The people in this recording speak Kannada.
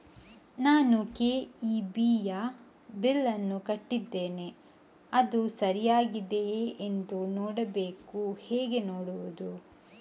ನಾನು ಕೆ.ಇ.ಬಿ ಯ ಬಿಲ್ಲನ್ನು ಕಟ್ಟಿದ್ದೇನೆ, ಅದು ಸರಿಯಾಗಿದೆಯಾ ಎಂದು ನೋಡಬೇಕು ಹೇಗೆ ನೋಡುವುದು?